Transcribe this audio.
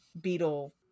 beetle